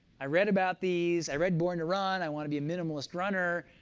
i read about these. i read born to run. i want to be a minimalist runner.